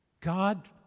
God